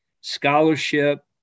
scholarship